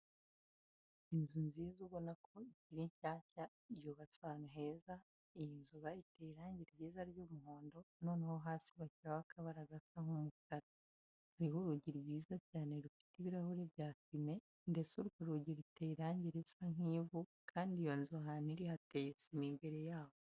Inzu nziza ubona ko ikiri nshyashya yubatse ahantu heza, iyi nzu bayiteye irangi ryiza ry'umuhondo, noneho hasi bashyiraho akabara gasa nk'umukara. Hariho urugi rwiza cyane rufite ibirahuri bya fime ndetse urwo rugi ruteye irangi risa nk'ivu kandi iyo nzu ahantu iri hateye sima imbere yaho.